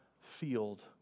field